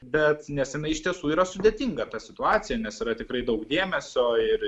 bet nes jinai iš tiesų yra sudėtinga ta situacija nes yra tikrai daug dėmesio ir